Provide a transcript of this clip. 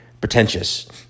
pretentious